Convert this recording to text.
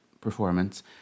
performance